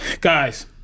Guys